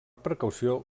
precaució